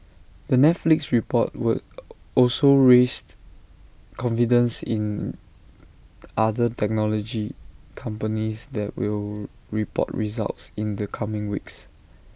the Netflix report will also raised confidence in other technology companies that will report results in the coming weeks